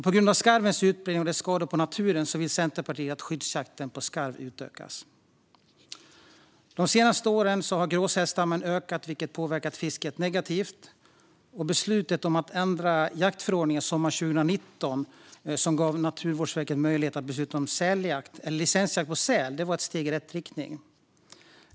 På grund av skarvens utbredning och dess skador på naturen vill Centerpartiet att skyddsjakten på skarv ska utökas. De senaste åren har gråsälsstammen ökat, vilket har påverkat fisket negativt. Beslutet att ändra jaktförordningen sommaren 2019, vilket gav Naturvårdsverket möjlighet att besluta om licensjakt på säl, var ett steg i rätt riktning.